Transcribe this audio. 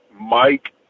Mike